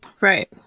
right